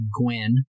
Gwen